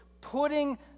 putting